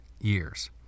Years